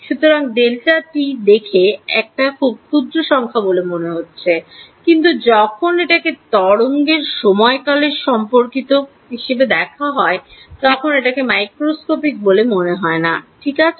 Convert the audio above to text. সুতরাং Δt দেখে একটা খুব ক্ষুদ্র সংখ্যা বলে মনে হচ্ছে কিন্তু যখন এটাকে তরঙ্গের সময় কাল এর সঙ্গে সম্পর্কিত হিসাবে দেখা যায় তখন এটাকে মাইক্রোস্কোপিক বলে মনে হয় না ঠিক আছে